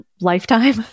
lifetime